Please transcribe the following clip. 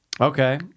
Okay